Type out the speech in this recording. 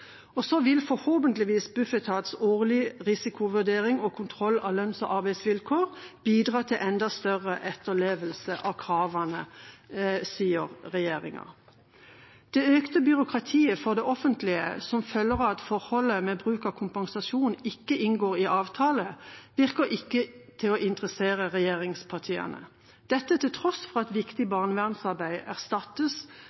og så vil forhåpentligvis Bufetats årlige risikovurdering og kontroll av lønns- og arbeidsvilkår bidra til enda større etterlevelse av kravene, sies det. Det økte byråkratiet for det offentlige som følger av at forholdet med bruk av kompensasjon ikke inngår i avtale, virker ikke å interessere regjeringspartiene – dette til tross for at viktig